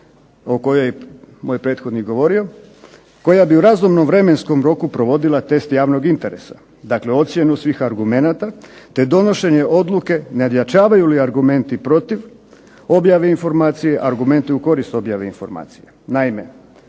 o kojoj je moj prethodnik govorio, koja bi u razumnom vremenskom roku provodila test javnog interesa, dakle ocjenu svih argumenata te donošenje odluke nadjačavaju li argumenti protiv objavu informacije i argumenti u koristi objave informacije. Naime,